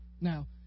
Now